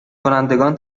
کنندگان